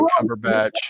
Cumberbatch